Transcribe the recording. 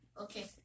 Okay